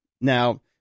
Now